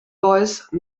voice